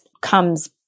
comes